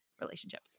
relationship